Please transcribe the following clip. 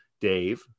Dave